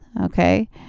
Okay